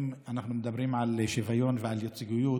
אם אנחנו מדברים על שוויון ועל ייצוגיות,